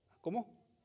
¿Cómo